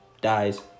dies